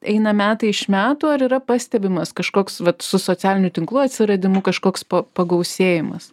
eina metai iš metų ar yra pastebimas kažkoks vat su socialinių tinklų atsiradimu kažkoks pagausėjimas